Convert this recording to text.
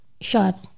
shot